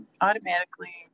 automatically